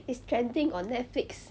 is trending on netflix